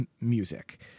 music